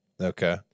Okay